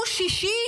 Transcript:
פוש שישי,